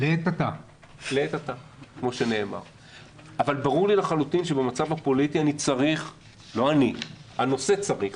אבל ברור לי לחלוטין שבמצב הפוליטי הנושא צריך